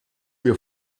wir